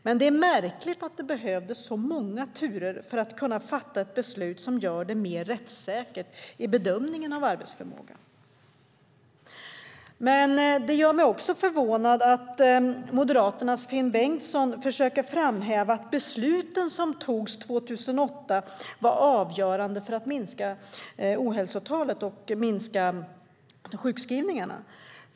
Men det är märkligt att det behövdes så många turer för att kunna fatta ett beslut som gör det mer rättssäkert i bedömningen av arbetsförmåga. Det gör mig förvånad att Moderaternas Finn Bengtsson försöker framhäva att besluten som togs 2008 var avgörande för att minska ohälsotalen och sjukskrivningarna.